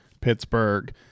Pittsburgh